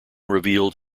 revealed